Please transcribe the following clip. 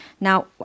Now